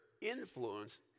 influence